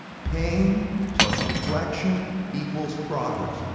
pain plus reflection equals progress,